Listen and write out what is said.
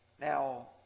Now